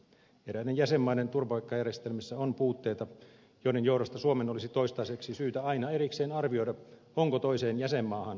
eräiden jäsenmaiden turvapaikkajärjestelmissä on puutteita joiden johdosta suomen olisi toistaiseksi syytä aina erikseen arvioida onko toiseen jäsenmaahan palauttaminen turvallista